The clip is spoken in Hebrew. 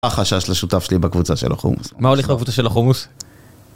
החשש לשותף שלי בקבוצה של החומוס. מה הולך בקבוצה של החומוס?